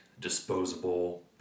disposable